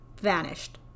vanished